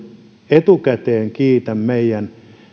etukäteen kiitän meidän